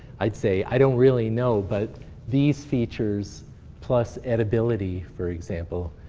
i'd say, i don't really know. but these features plus edibility, for example,